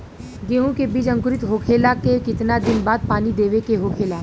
गेहूँ के बिज अंकुरित होखेला के कितना दिन बाद पानी देवे के होखेला?